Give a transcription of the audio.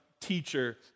teacher